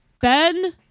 Ben